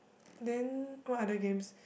then what other games